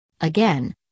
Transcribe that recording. Again